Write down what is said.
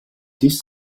this